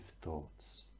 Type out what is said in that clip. thoughts